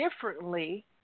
differently